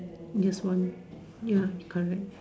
just one ya it's correct